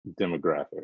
demographic